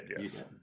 yes